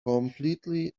completely